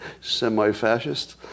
Semi-fascist